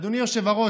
אדוני היושב-ראש,